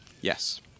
Yes